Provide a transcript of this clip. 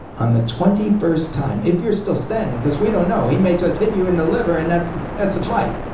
on the twenty first time, if you're still standing because we don't know, he may just hit you in the liver and that's the that's the fight.